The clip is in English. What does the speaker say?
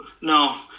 No